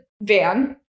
van